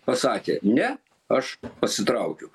pasakė ne aš pasitraukiu